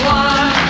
one